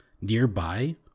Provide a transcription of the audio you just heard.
nearby